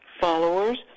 followers